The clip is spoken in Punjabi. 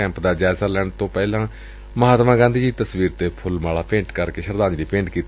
ਕੈਂਪ ਦਾ ਜਾਇਜ਼ਾ ਲੈਣ ਤੋ ਪਹਿਲਾ ਮਹਾਤਮਾ ਗਾਂਧੀ ਜੀ ਦੀ ਤਸਵੀਰ ਤੇ ਫੁੱਲ ਮਾਲਾਵਾਂ ਭੇਟ ਕਰਕੇ ਸ਼ਰਧਾਂਜਲੀ ਭੇਂਟ ਕੀਤੀ